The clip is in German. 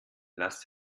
lass